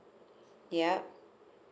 yup